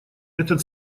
этот